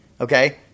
Okay